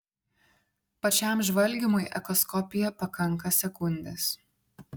pačiam žvalgymui echoskopija pakanka sekundės